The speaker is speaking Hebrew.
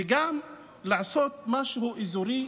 וגם לעשות משהו אזורי,